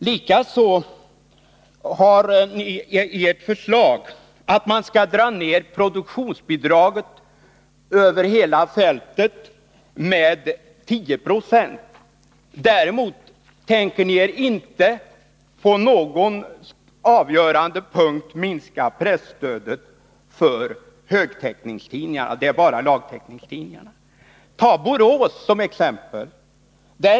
Likaså har moderaterna med i sitt förslag att man skall dra ner produktionsbidraget över hela fältet med 10 26. Däremot tänker de inte på någon avgörande punkt minska presstödet till högtäckningstidningarna, utan bara till lågtäckningstidningarna. Man kan ta Borås som exempel på detta.